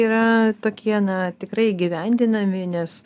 yra tokie na tikrai įgyvendinami nes